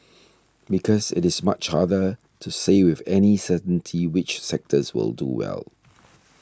because it is much harder to say with any certainty which sectors will do well